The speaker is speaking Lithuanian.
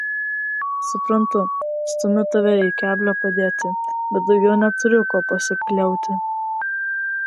suprantu stumiu tave į keblią padėtį bet daugiau neturiu kuo pasikliauti